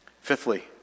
Fifthly